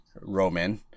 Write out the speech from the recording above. Roman